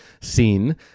scene